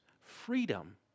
freedom